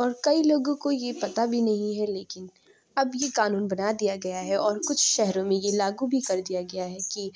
اور کئی لوگوں کو یہ پتا بھی نہیں ہے لیکن اب یہ قانون بنا دیا گیا ہے اور کچھ شہروں میں یہ لاگو بھی کر دیا گیا ہے کہ